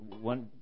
one